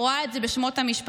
אני רואה את זה בשמות המשפחה.